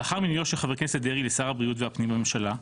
לאחר מינויו של חבר הכנסת דרעי לשר הבריאות והפנים בממשלה,